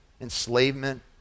enslavement